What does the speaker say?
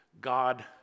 God